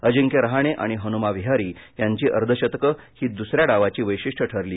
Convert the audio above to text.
अजिंक्य राहणे आणि हनुमा विहारी यांची अर्धशतके ही दूसऱ्या डावाची वैशिष्ट्ये ठरली